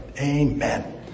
Amen